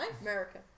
America